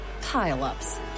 pile-ups